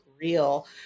real